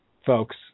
Folks